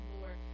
Lord